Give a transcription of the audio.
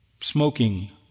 smoking